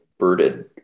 birded